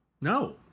No